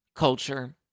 Culture